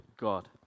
God